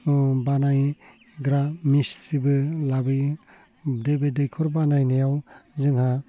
बानायग्रा मिस्ट्रिबो लाबोयो नैबे दैखर बानायनायाव जोंहा